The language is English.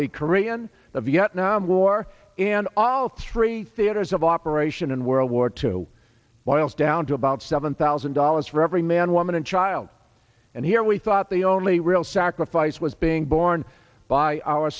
korean the vietnam war and all three theaters of operation in world war two boils down to about seven thousand dollars for every man woman and child and here we thought the only real sacrifice was being borne by our